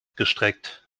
gestreckt